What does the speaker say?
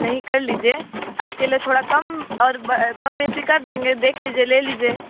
नहीं कर लीजिए आपके लिए थोड़ा कम और कम बेशी कर देंगे देख लीजिए ले लीजिए